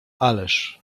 ależ